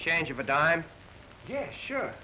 change of a dime yes sure